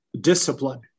Discipline